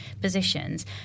positions